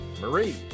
marie